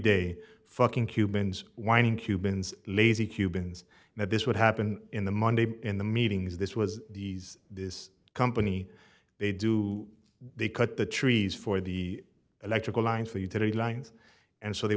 day fucking cubans whining cubans lazy cubans that this would happen in the monday in the meetings this was these this company they do they cut the trees for the electrical lines for you today lines and so they